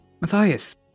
Matthias